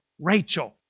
Rachel